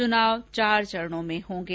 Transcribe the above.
चुनाव चार चरणों में होंगे